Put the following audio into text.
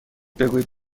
بگویید